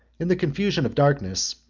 in the confusion of darkness,